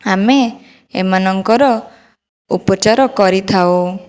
ଆମେ ଏମାନଙ୍କର ଉପଚାର କରିଥାଉ